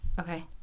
Okay